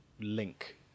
link